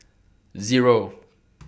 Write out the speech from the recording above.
Zero